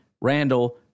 Randall